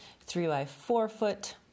three-by-four-foot